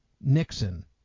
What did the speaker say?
Nixon